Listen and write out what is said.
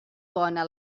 bona